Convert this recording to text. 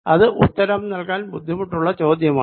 അത് ഉത്തരം നല്കാൻ ബുദ്ധിമുട്ടുള്ള ചോദ്യമാണ്